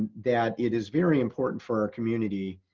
that it is very important for our community